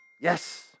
Yes